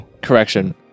Correction